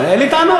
אין לי טענות.